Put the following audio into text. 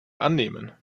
annehmen